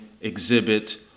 exhibit